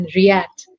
react